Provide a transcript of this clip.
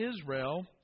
Israel